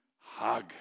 hug